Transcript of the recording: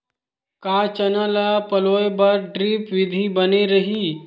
का चना ल पलोय बर ड्रिप विधी बने रही?